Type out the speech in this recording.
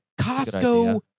Costco